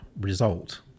result